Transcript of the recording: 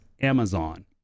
Amazon